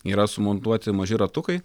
yra sumontuoti maži ratukai